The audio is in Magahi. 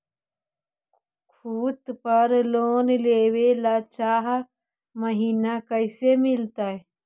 खूत पर लोन लेबे ल चाह महिना कैसे मिलतै?